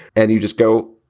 and you just go,